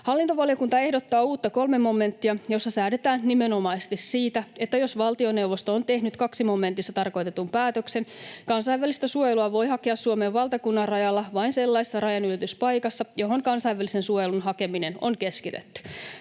Hallintovaliokunta ehdottaa uutta 3 momenttia, jossa säädetään nimenomaisesti siitä, että jos valtioneuvosto on tehnyt 2 momentissa tarkoitetun päätöksen, kansainvälistä suojelua voi hakea Suomen valtakunnanrajalla vain sellaisessa rajanylityspaikassa, johon kansainvälisen suojelun hakeminen on keskitetty.